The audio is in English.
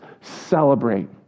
celebrate